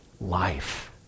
life